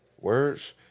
Words